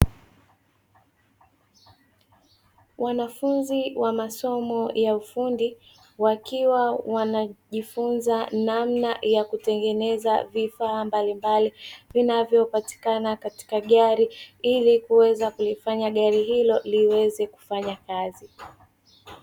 Wanafunzi wa masomo ya ufundi wakiwa wanajifunza namna ya kutengeneza vifaa mbalimbali vinavyopatikana katika gari ili kuweza kulifanya gari hilo liweze kufanya kazi.